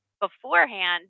beforehand